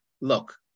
look